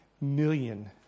million